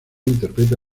interpreta